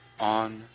On